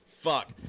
fuck